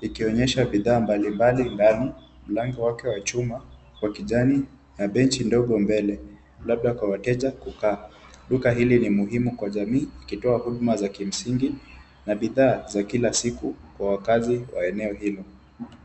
ikionyesha bidhaa mbalimbali ndani, mlango wake wa chuma wa kijani na benchi dogo mbele labda kwa wateja kukaa. Duka hili ni muhimu kwa jamii ikitoa huduma za kimsingi na bidhaa za kila siku kwa wakaazi wa eneo hilo.